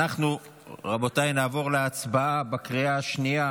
רבותיי, אנחנו נעבור להצבעה בקריאה השנייה